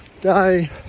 Day